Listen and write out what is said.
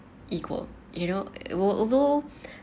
equal you know we're although